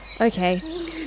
okay